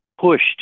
pushed